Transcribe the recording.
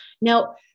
Now